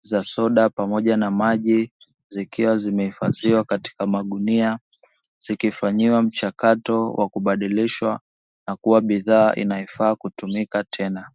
za soda pamoja na maji, zikiwa zimehifadhiwa katika magunia zikifanyiwa mchakato wa kubadilishwa na kuwa bidhaa inayofaa kutumika tena.